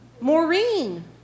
Maureen